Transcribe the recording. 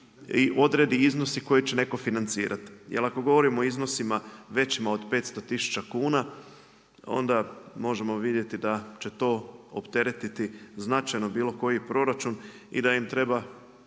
i odrede iznosi koje će neko financirati jel ako govorimo o iznosima većima od 500 tisuća kuna onda možemo vidjeti da će to opteretiti značajno bilo koji proračun i da im treba